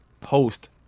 post